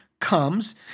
comes